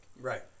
Right